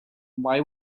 why